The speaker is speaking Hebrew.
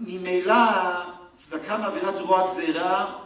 ממילא צדקה מעבירה את רוע הגזירה,